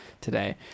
today